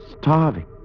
Starving